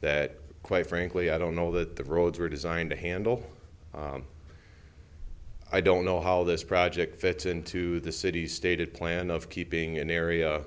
that quite frankly i don't know that the roads were designed to handle i don't know how this project fits into the city's stated plan of keeping an area